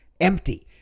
empty